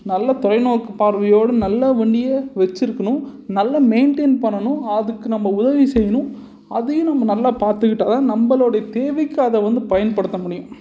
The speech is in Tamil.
நல்ல தொலைநோக்கு பார்வையோடு நல்ல வண்டியை வச்சிருக்கணும் நல்ல மெயின்டெயின் பண்ணணும் அதுக்கு நம்ம உதவி செய்யணும் அதையும் நம்ம நல்லா பார்த்துக்குட்டா தான் நம்மளோடய தேவைக்கு அதை வந்து பயன்படுத்த முடியும்